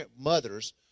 mothers